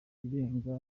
irenga